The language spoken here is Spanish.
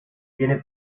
tiene